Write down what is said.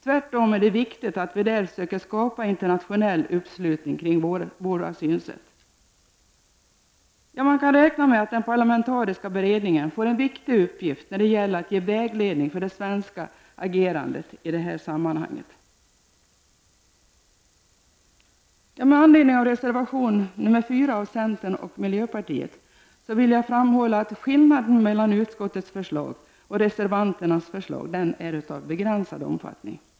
Tvärtom är det viktigt att vi där söker skapa internationell uppslutning kring våra synsätt. Man kan räkna med att den parlamentariska beredningen får en viktig uppgift när det gäller att ge vägledning för det svenska agerandet i detta sammanhang. Med anledning av reservation nr 4 från centern och miljöpartiet vill jag framhålla att skillnaden mellan utskottets förslag och reservanternas är av begränsad omfattning.